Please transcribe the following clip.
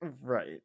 Right